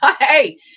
Hey